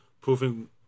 proving